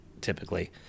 typically